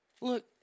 look